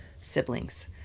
siblings